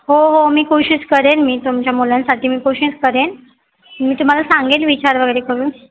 हो हो मी कोशिश करेन मी तुमच्या मुलांसाठी मी कोशिश करेन मी तुम्हाला सांगेन विचार वगैरे करून